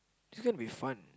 this gonna be fun